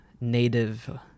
native